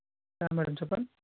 yeah madam చెప్పండి